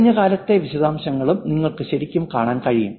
കഴിഞ്ഞ കാലത്തെ വിശദാംശങ്ങളും നിങ്ങൾക്ക് ശരിക്കും കാണാൻ കഴിയും